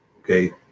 Okay